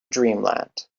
dreamland